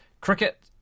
cricket